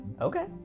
Okay